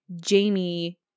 Jamie